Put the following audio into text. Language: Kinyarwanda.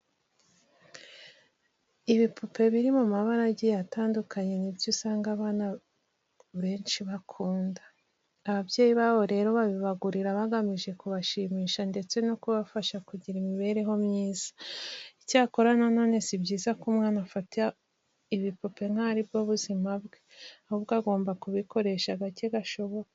Ibipupe biri mu mabara agiye atandukanye ni byo usanga abana benshi bakunda. Ababyeyi babo rero babibagurira bagamije kubashimisha ndetse no kubafasha kugira imibereho myiza. Icyakora na none si byiza ko umwana afata ibipupe nkaho ari bwo buzima bwe, ahubwo agomba kubikoresha gake gashoboka.